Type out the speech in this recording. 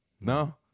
no